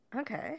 okay